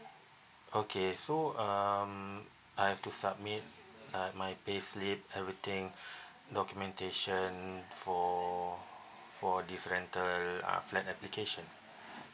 okay so um I have to submit uh my payslip everything documentation for for this rental uh flat application